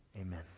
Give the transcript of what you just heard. Amen